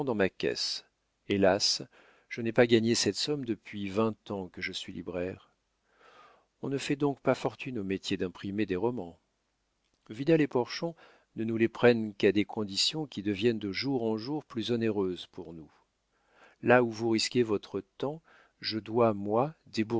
ma caisse hélas je n'ai pas gagné cette somme depuis vingt ans que je suis libraire on ne fait donc pas fortune au métier d'imprimer des romans vidal et porchon ne nous les prennent qu'à des conditions qui deviennent de jour en jour plus onéreuses pour nous là où vous risquez votre temps je dois moi